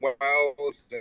wells